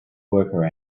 worker